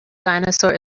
dinosaur